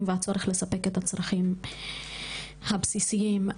והצורך לספק את הצרכים הבסיסיים שלהם.